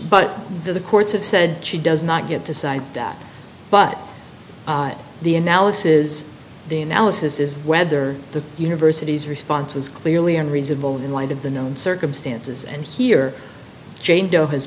but the courts have said she does not get to cite that but the analysis is the analysis is whether the university's response was clearly unreasonable in light of the known circumstances and here